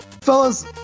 Fellas